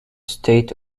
state